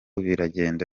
biragenda